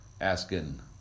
asking